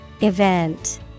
Event